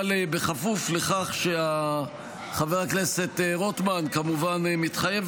אבל בכפוף לכך שחבר הכנסת רוטמן כמובן מתחייב